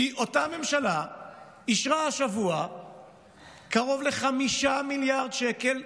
כי אותה ממשלה אישרה השבוע קרוב ל-5 מיליארד שקל,